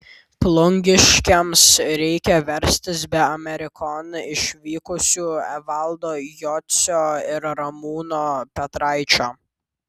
plungiškiams reikia verstis be amerikon išvykusių evaldo jocio ir ramūno petraičio